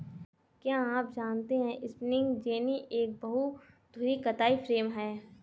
क्या आप जानते है स्पिंनिंग जेनि एक बहु धुरी कताई फ्रेम है?